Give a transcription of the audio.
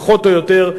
פחות או יותר,